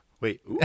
wait